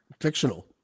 fictional